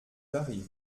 arrive